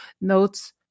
Notes